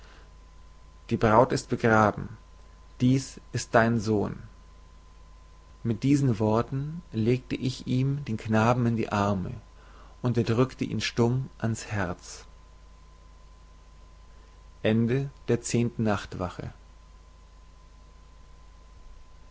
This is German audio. die braut ist begraben dies ist dein sohn mit diesen worten legte ich ihm den knaben in die arme und er drükte ihn stumm ans herz eilfte nachtwache